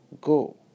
go